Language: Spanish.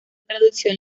traducción